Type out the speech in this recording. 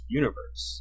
universe